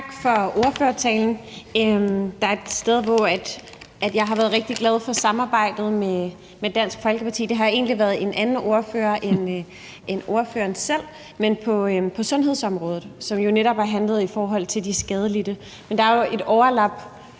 Tak for ordførertalen. Der er et sted, hvor jeg har været rigtig glad for samarbejdet med Dansk Folkeparti, og det har egentlig været en anden ordfører end ordføreren selv, men det har været på sundhedsområdet, og som jo netop har handlet om de skadelidte, men der er jo netop